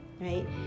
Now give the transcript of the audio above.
Right